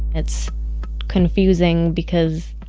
it's confusing because.